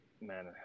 man